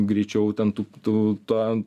greičiau ten tu tu tą